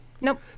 Nope